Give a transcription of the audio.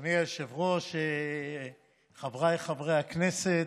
אם כך, בעד, שניים, נגד, חמישה,